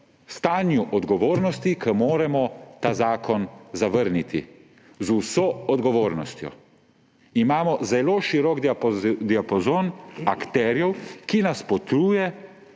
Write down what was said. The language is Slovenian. stanju odgovornosti, ko moramo ta zakon zavrniti z vso odgovornostjo. Imamo zelo širok diapazon akterjev, ki nasprotuje,